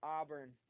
Auburn